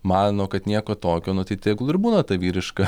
mano kad nieko tokio nu tai tegu ir būna ta vyriška